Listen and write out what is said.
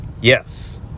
Yes